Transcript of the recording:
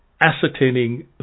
ascertaining